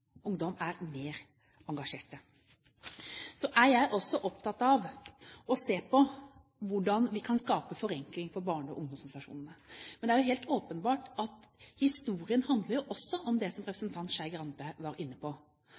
Ungdom er mer engasjert. Så er jeg også opptatt av å se på hvordan vi kan skape forenkling for barne- og ungdomsorganisasjonene. Men det er jo helt åpenbart at historien også handler om det som representanten Skei Grande var inne på,